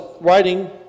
writing